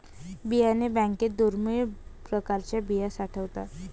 बियाणे बँकेत दुर्मिळ प्रकारच्या बिया साठवतात